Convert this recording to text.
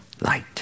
light